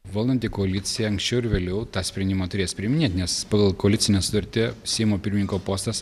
valdanti koalicija anksčiau ar vėliau tą sprendimą turės priiminėt nes pagal koalicinę sutartį seimo pirmininko postas